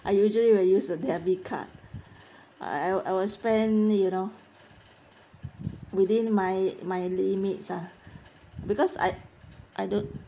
I usually will use a debit card I'll I'll spend you know within my my limits uh because I I don't